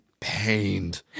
pained